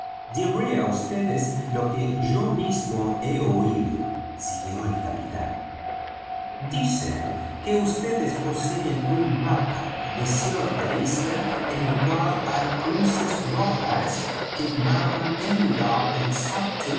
diré á vds lo que yo mismo he oído siguió el capitán dicen que vds poseen un mapa de cierta isla en el cual hay cruces rojas que marcan el lugar exacto